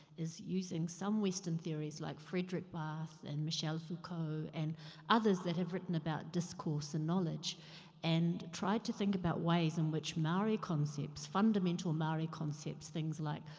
is using some western theories like frederick bathe and michelle flu-co and others that have written about discourse and knowledge and tried to think about ways in which maori concepts, fundamental maori concepts things like,